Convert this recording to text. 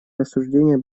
рассуждения